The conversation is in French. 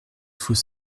faut